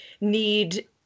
need